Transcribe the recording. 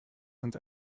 sind